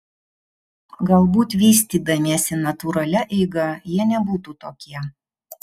galbūt vystydamiesi natūralia eiga jie nebūtų tokie